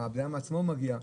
הבנאדם עצמו מגיע,